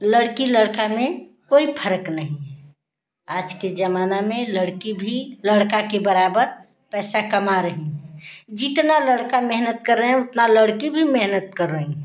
लड़की लड़का में कोई फ़रक नहीं है आज के ज़माना में लड़की भी लड़का के बराबर पैसा कमा रही है जितनी लड़का मेहनत कर रहा है उतनी ही लड़की भी मेहनत कर रही है